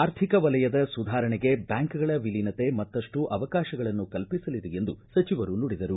ಆರ್ಥಿಕ ವಲಯದ ಸುಧಾರಣೆಗೆ ಬ್ಯಾಂಕ್ಗಳ ವಿಲೀನತೆ ಮತ್ತಷ್ಟು ಅವಕಾಶಗಳನ್ನು ಕಲ್ಪಿಸಲಿದೆ ಎಂದು ಸಚಿವರು ನುಡಿದರು